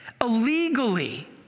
illegally